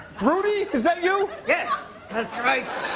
rudy? is that you? yes. that's right.